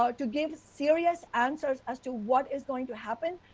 ah to give serious answers as to what is going to happen.